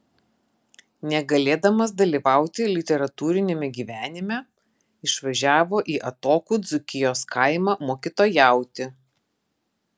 negalėdamas dalyvauti literatūriniame gyvenime išvažiavo į atokų dzūkijos kaimą mokytojauti